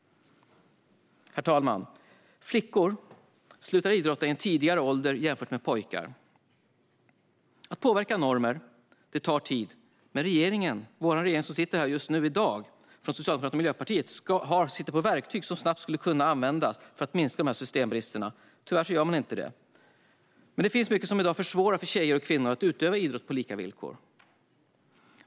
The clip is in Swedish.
Herr talman! Flickor slutar idrotta i en tidigare ålder än pojkar. Att påverka normer tar tid, men dagens regering - Socialdemokraterna och Miljöpartiet - sitter på verktyg som snabbt skulle kunna användas för att minska systembristerna. Tyvärr gör man inte det. Det finns mycket i dag som försvårar för tjejer och kvinnor att utöva idrott på lika villkor.